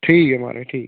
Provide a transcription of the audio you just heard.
ठीक ऐ म्हाराज ठीक ऐ